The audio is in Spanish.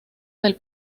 del